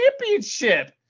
championship